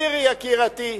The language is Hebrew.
מירי יקירתי,